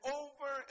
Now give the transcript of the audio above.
over